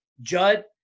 Judd